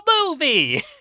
movie